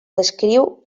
descriu